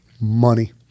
money